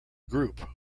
group